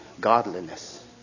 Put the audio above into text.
godliness